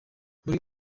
muri